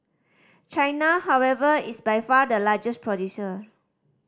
China however is by far the largest producer